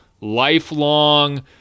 Lifelong